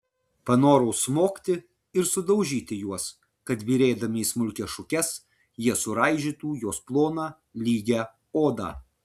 panorau smogti ir sudaužyti juos kad byrėdami į smulkias šukes jie suraižytų jos ploną lygią odą